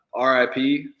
RIP